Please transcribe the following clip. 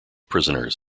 prisoners